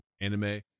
anime